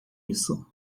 isso